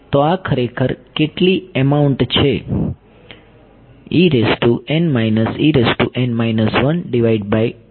તો આ ખરેખર કેટલી એમાઉન્ટ છે